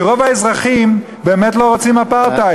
כי רוב האזרחים באמת לא רוצים אפרטהייד.